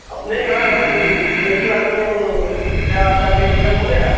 अपने यहाँ खेती बाड़ी में क्या आपका खेती सब हो गया